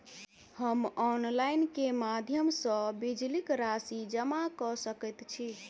हम ऑनलाइन केँ माध्यम सँ बिजली कऽ राशि जमा कऽ सकैत छी?